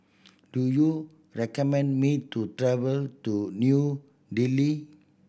do you recommend me to travel to New Delhi